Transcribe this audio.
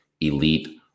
elite